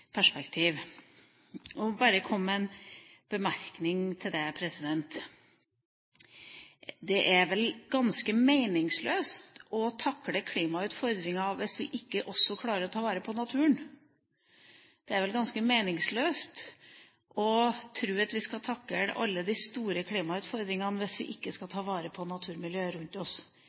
vil bare komme med en bemerkning til det. Det er vel ganske meningsløst å takle klimautfordringer, hvis vi ikke også klarer å ta vare på naturen. Det er vel ganske meningsløst å tro at vi skal takle alle de store klimautfordringene, hvis vi ikke skal ta vare på naturmiljøet rundt oss.